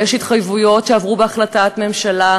יש התחייבויות שעברו בהחלטת ממשלה,